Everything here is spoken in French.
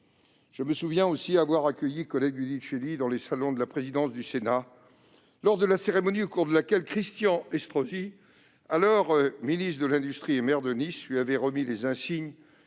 Je me souviens aussi d'avoir accueilli Colette Giudicelli, dans les salons de la présidence du Sénat, lors de la cérémonie au cours de laquelle Christian Estrosi, alors ministre de l'industrie et maire de Nice, lui avait remis les insignes